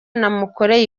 namukoreye